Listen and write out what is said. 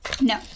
No